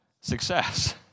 Success